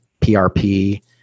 PRP